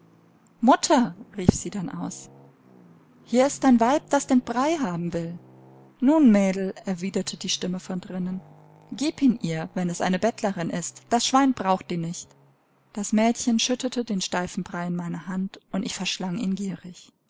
mutter rief sie dann aus hier ist ein weib das den brei haben will nun mädel erwiderte die stimme von drinnen gieb ihn ihr wenn es eine bettlerin ist das schwein braucht ihn nicht das mädchen schüttete den steifen brei in meine hand und ich verschlang ihn gierig